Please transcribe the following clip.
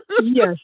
Yes